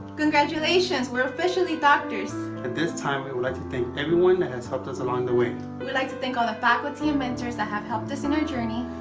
congratulations, we're officially doctors. at this time we would like to thank everyone that has helped us along the way. we would like to thank all the faculty and mentors that have helped us in our journey.